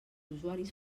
usuaris